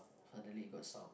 suddenly got sound